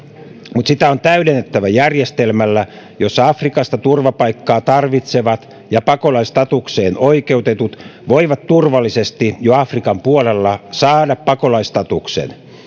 mutta sitä on täydennettävä järjestelmällä jossa afrikasta turvapaikkaa tarvitsevat ja pakolais statukseen oikeutetut voivat turvallisesti jo afrikan puolella saada pakolaisstatuksen